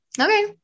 okay